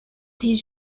des